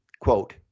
quote